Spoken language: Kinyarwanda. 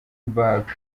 back